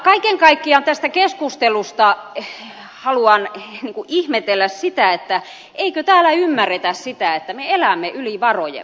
kaiken kaikkiaan tässä keskustelussa haluan ihmetellä sitä että eikö täällä ymmärretä sitä että me elämme yli varojemme